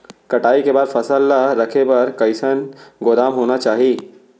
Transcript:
कटाई के बाद फसल ला रखे बर कईसन गोदाम होना चाही?